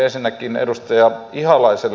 ensinnäkin edustaja ihalaiselle